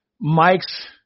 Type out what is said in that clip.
Mike's